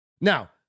Now